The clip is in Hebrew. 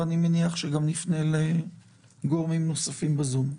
ואני מניח שנפנה גם לגורמים נוספים בזום.